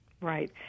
Right